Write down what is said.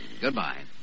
Goodbye